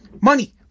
money